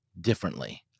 differently